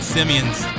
Simeon's